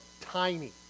Tiny